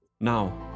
Now